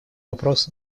вопрос